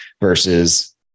versus